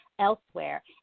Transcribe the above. elsewhere